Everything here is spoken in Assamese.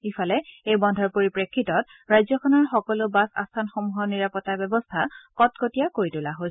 ইফালে এই বন্ধৰ পৰিপ্ৰেক্ষিতত ৰাজ্যখনৰ সকলো বাছ আস্থানসমূহৰ নিৰাপত্তা ব্যৱস্থা কটকটীয়া কৰি তোলা হৈছে